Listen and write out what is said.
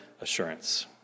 assurance